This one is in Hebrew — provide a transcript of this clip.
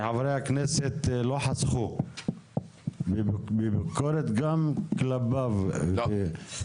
וחברי הכנסת לא חסכו מביקורת גם כלפיו --- לא.